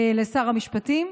לשר המשפטים.